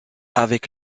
avec